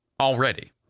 already